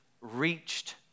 reached